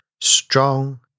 Strong